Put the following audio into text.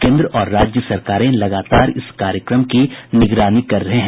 केंद्र और राज्य सरकारें लगातार इस कार्यक्रम की निगरानी कर रहे हैं